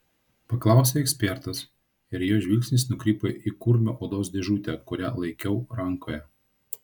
paklausė ekspertas ir jo žvilgsnis nukrypo į kurmio odos dėžutę kurią laikiau rankoje